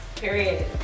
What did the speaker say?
Period